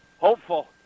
hopeful